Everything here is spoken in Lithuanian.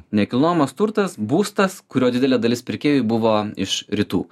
nekilnojamas turtas būstas kurio didelė dalis pirkėjų buvo iš rytų